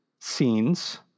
scenes